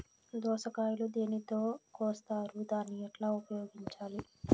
దోస కాయలు దేనితో కోస్తారు దాన్ని ఎట్లా ఉపయోగించాలి?